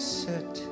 sit